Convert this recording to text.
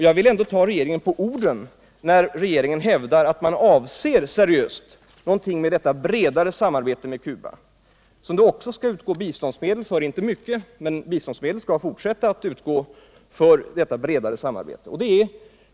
Jag vill ändå ta regeringen på orden när den hävdar att den avser något seriöst med talet om ett bredare samarbete med Cuba, som det också skall utgå biståndsmedel till i fortsättningen, om än inte så mycket.